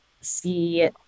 see